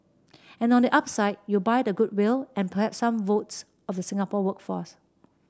and on the upside you buy the goodwill and perhaps some votes of the Singapore workforce